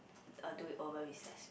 uh do it over recess